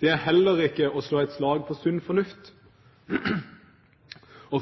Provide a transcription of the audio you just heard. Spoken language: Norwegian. Det er heller ikke å slå et slag for sunn fornuft.